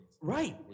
right